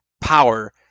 power